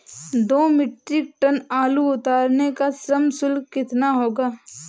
दो metric ton आलू उतारने का श्रम शुल्क कितना होगा?